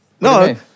No